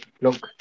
look